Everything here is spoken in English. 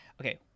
Okay